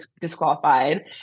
disqualified